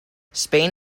spain